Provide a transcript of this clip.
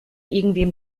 irgendwem